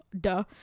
duh